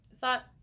thought